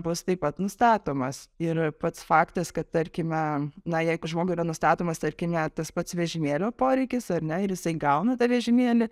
bus taip pat nustatomas ir pats faktas kad tarkime na jei žmogui yra nustatomas tarkine tas pats vežimėlio poreikis ar ne ir jisai gauna tą vežimėlį